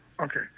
Okay